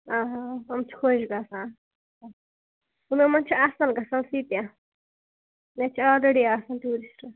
آ یِم چھِ خۄش گژھان یِمَن چھِ اَصٕل گژھان سُہ تہِ ییٚتہِ چھِ آلریڈی آسان ٹیٛوٗرِسٹہٕ